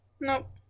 Nope